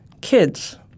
kids